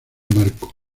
marko